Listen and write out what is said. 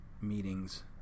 meetings